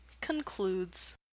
concludes